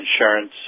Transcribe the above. insurance